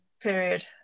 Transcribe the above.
period